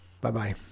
Bye-bye